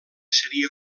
seria